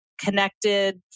connected